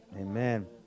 Amen